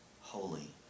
holy